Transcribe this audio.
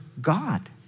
God